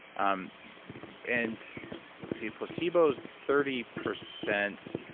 um and let's see placebo is thirty percent.